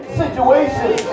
situation